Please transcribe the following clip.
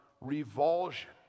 revulsion